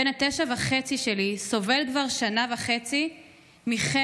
בן התשע וחצי שלי סובל כבר שנה וחצי מחרם,